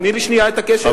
תני לי שנייה את הקשב.